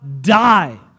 die